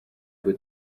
with